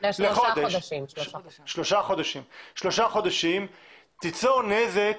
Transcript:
לשלושה חודשים ייצור נזק